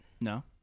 No